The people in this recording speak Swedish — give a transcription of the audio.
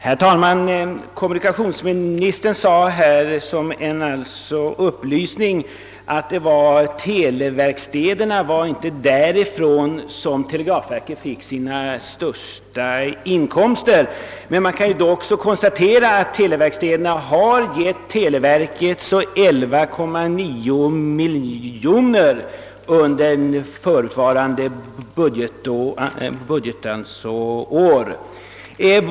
Herr talman! Kommunikationsministern sade här som en upplysning att det inte var från televerkstäderna som televerket fick sina största inkomster. Men man kan då också konstatera att televerkstäderna har givit televerket 11,9 miljoner under föregående budgetår.